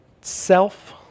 Self